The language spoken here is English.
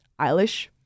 Eilish